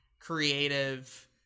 creative